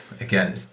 again